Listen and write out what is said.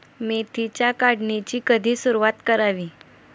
मेथीच्या काढणीची कधी सुरूवात करावी?